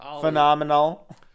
Phenomenal